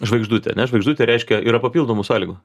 žvaigždutę ne žvaigždutė reiškia yra papildomų sąlygų